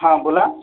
हां बोला